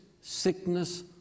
sickness